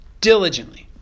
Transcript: diligently